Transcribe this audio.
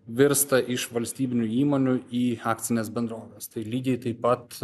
virsta iš valstybinių įmonių į akcines bendroves tai lygiai taip pat